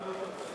להסיר